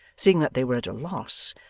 seeing that they were at a loss,